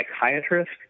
psychiatrist